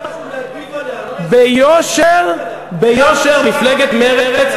ביושר מפלגת מרצ,